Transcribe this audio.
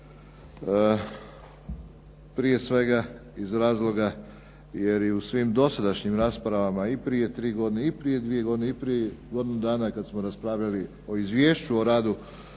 prije svega iz razloga jer je u svim dosadašnjim raspravama i prije tri godine, i prije dvije godine, i prije godinu dana kad smo raspravljali o Izvješću o radu